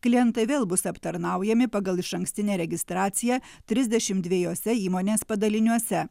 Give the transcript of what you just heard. klientai vėl bus aptarnaujami pagal išankstinę registraciją trisdešim dviejuose įmonės padaliniuose